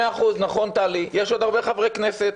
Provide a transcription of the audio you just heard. מאה אחוז, נכון, טלי, יש עוד הרבה חברי כנסת.